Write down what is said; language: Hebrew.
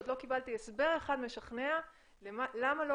עוד לא קיבלתי הסבר אחד משכנע למה לא